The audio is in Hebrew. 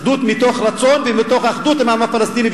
אחדות מתוך רצון ומתוך אחדות עם העם הפלסטיני,